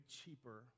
cheaper